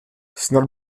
snad